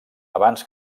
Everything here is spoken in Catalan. abans